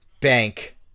bank